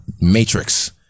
Matrix